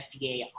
FDA